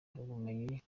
ubumenyi